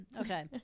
okay